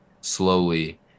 slowly